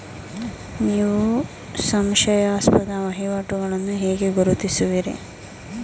ನೀವು ಸಂಶಯಾಸ್ಪದ ವಹಿವಾಟುಗಳನ್ನು ಹೇಗೆ ಗುರುತಿಸುವಿರಿ?